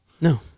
No